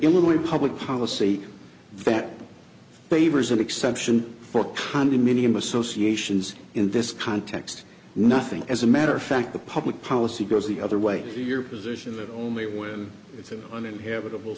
illinois public policy that favors an exception for condominium associations in this context nothing as a matter of fact the public policy goes the other way to your position that only when it is uninhabitable